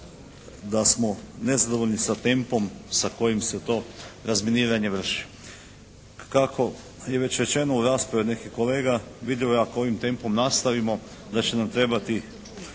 da smo nezadovoljni sa tempom sa kojim se to razminiranje vrši. Kako je već rečeno u raspravi od nekih kolega vidljivo je ako ovim tempom nastavimo da će nam trebati